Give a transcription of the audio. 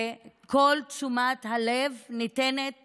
וכל תשומת הלב ניתנת